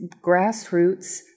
grassroots